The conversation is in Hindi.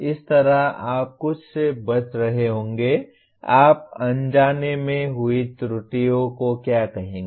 इस तरह आप कुछ से बच रहे होंगे आप अनजाने में हुई त्रुटियों को क्या कहेंगे